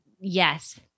Yes